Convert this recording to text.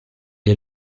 est